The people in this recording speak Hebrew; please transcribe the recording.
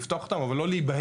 לפתוח אותם אבל לא להיבהל.